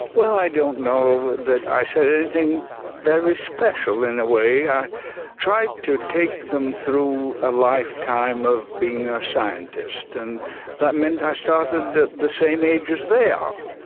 well i don't know that i said anything very special in a way. i tried to take them through a lifetime of being a scientist, and that meant i started at the same age as they are.